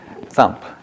thump